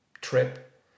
trip